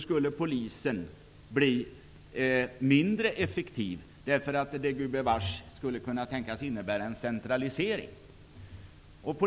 Det skulle gubevars kunna tänkas innebära en centralisering.